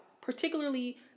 particularly